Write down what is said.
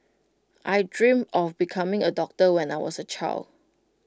I dreamt of becoming A doctor when I was A child